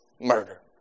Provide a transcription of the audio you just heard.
murder